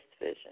vision